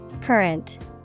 Current